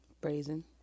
Brazen